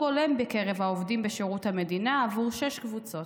הולם בקרב העובדים בשירות המדינה עבור שש קבוצות,